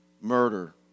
murder